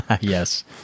Yes